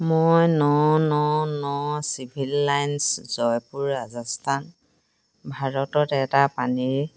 মই ন ন ন চিভিল লাইন্স জয়পুৰ ৰাজস্থান ভাৰতত এটা পানীৰ